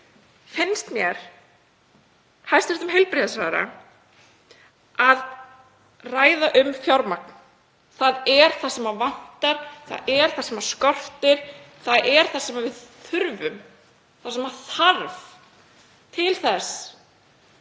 finnst mér, hæstv. heilbrigðisráðherra að ræða um fjármagn. Það er það sem vantar, það er það sem skortir, það er það sem við þurfum, það er það sem þarf til þess